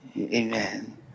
Amen